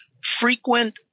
frequent